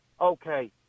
Okay